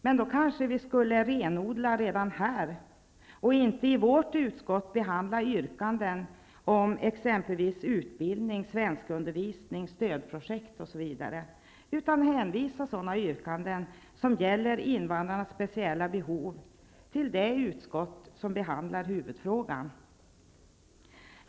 Men vi kanske skulle renodla redan här, och inte i vårt utskott behandla yrkanden om exempelvis utbildning, svenskundervisning, stödprojekt osv., utan hänvisa sådana yrkanden som gäller invandrares speciella behov till det utskott som behandlar huvudfrågan.